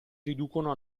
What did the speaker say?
riducono